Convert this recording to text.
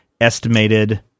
estimated